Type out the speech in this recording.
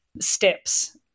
steps